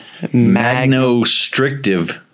magnostrictive